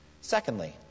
Secondly